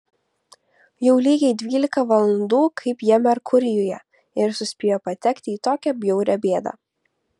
jau lygiai dvylika valandų kaip jie merkurijuje ir suspėjo patekti į tokią bjaurią bėdą